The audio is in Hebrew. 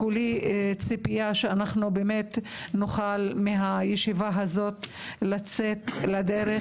כולי ציפייה שבאמת נוכל לצאת מהישיבה הזאת לדרך